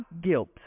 guilt